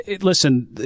Listen